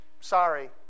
sorry